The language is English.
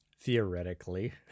Theoretically